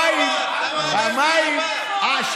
המים אסור אה,